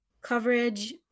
coverage